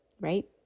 right